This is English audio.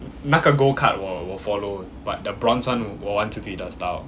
那个 gold card 我我 follow but the bronze one 我玩自己的 style